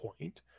point